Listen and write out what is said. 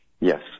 Yes